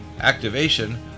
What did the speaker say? activation